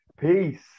Peace